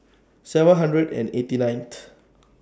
seven hundred and eighty nineth